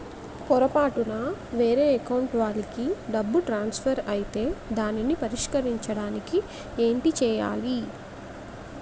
పొరపాటున వేరే అకౌంట్ వాలికి డబ్బు ట్రాన్సఫర్ ఐతే దానిని పరిష్కరించడానికి ఏంటి చేయాలి?